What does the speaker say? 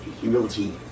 Humility